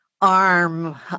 arm